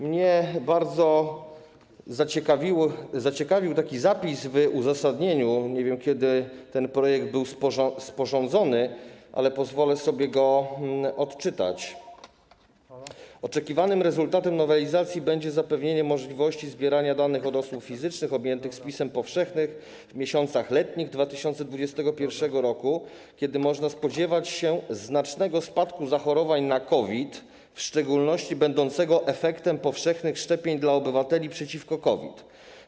Mnie bardzo zaciekawił następujący zapis w uzasadnieniu - nie wiem, kiedy ten projekt został sporządzony - który pozwolę sobie odczytać: Oczekiwanym rezultatem nowelizacji będzie zapewnienie możliwości zbierania danych od osób fizycznych objętych spisem powszechnym w miesiącach letnich 2021 r., kiedy można spodziewać się znacznego spadku zachorowań na COVID, w szczególności będącego efektem powszechnych szczepień dla obywateli przeciwko COVID.